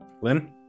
Lynn